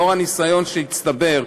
לאור הניסיון שהצטבר,